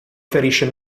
ferisce